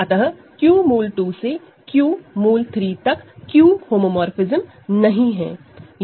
अतः Q √2 से Q√3 तक Q होमोमोरफ़िज्म नहीं है